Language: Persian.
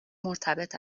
مرتبط